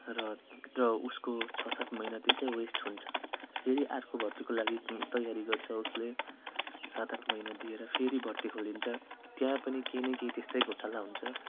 र र उसको छ सात महिना त्यसै वेस्ट हुन्छ फेरि अर्को भर्तीको लागि तयारी गर्छ उसले सात आठ महिना दिएर फेरि भर्ती खोलिन्छ त्यहाँ पनि केही न केही त्यस्तै घोटाला हुन्छ